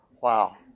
Wow